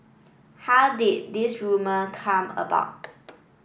how did this rumour come about